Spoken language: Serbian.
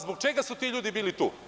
Zbog čega su ti ljudi bili tu?